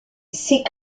ses